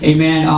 Amen